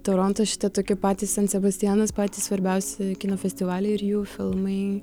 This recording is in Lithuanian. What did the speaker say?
torontas šiti tokie patys san sebastianas patys svarbiausi kino festivaliai ir jų filmai